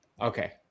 Okay